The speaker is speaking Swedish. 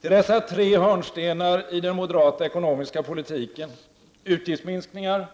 Till dessa tre hörnstenar i den moderata ekonomiska politiken — utgiftsminskningar,